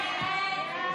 55 בעד,